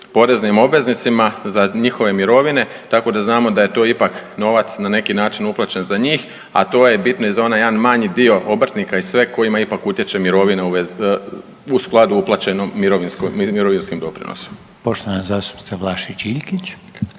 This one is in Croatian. poreznim obveznicima za njihove mirovine tako da znamo da je to ipak novac na neki način uplaćen za njih, a to je bitno i za onaj jedan manji dio obrtnika i sve kojima ipak utječe mirovina u vezi, u skladu uplaćenom mirovinskim doprinosima. **Reiner, Željko